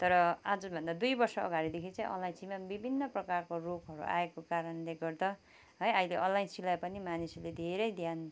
तर आजभन्दा दुई वर्ष अगाडिदेखि चाहिँ अलैँचीमा विभिन्न प्रकारको रोगहरू आएको कारणले गर्दा है अहिले अलैँचीलाई पनि मानिसहरूले धेरै ध्यान